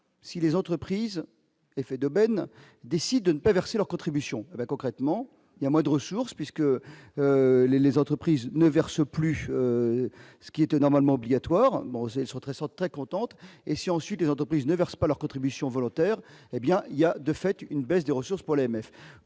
si les entreprises effet d'aubaine décide de ne pas verser leur contribution, concrètement, il y a moins de ressources, puisque les entreprises ne verse plus ce qui était normalement obligatoire Moselle sur 1300 très contente et si ensuite des entreprises ne versent pas leur contribution volontaire, hé bien il y a de fait une baisse des ressources pour l'AMF,